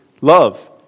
love